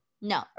no